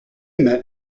met